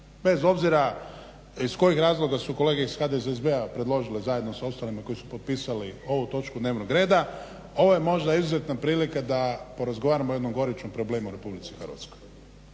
bez obzira iz kojih razloga su kolege iz HDSSB-a predložili zajedno sa ostalima koji su potpisali ovu točku dnevnog reda. Ovo je možda izuzetna prilika da porazgovaramo o jednom gorućem problemu u Republici Hrvatskoj.